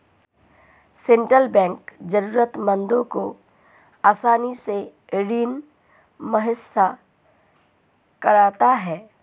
central bank जरूरतमंदों को आसानी से ऋण मुहैय्या कराता है